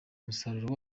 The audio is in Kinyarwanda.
umusaruro